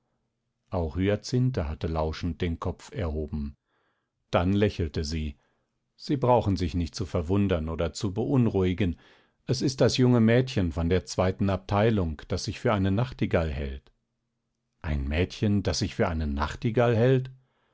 auch hyacinthe hatte lauschend den kopf erhoben dann lächelte sie sie brauchen sich nicht zu verwundern oder zu beunruhigen es ist das junge mädchen von der zweiten abteilung das sich für eine nachtigall hält ein mädchen das sich für eine nachtigall hält